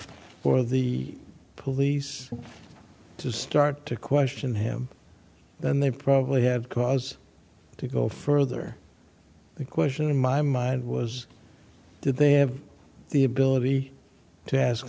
for the police to start to question him then they probably had cause to go further the question in my mind was did they have the ability to ask